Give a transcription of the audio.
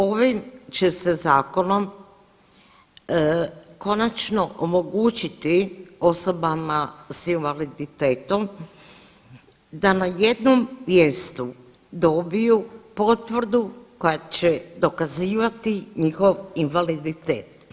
Ovim će se zakonom konačno omogućiti osobama s invaliditetom da na jednom mjestu dobiju potvrdu koja će dokazivati njihov invaliditetom.